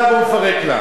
אז יכול השר להתנגד לה.